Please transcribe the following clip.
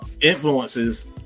influences